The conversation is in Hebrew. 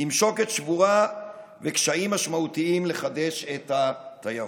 מול שוקת שבורה ועם קשיים משמעותיים לחדש את התיירות.